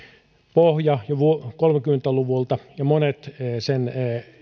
pohja jo kolmekymmentä luvulta ja monet sen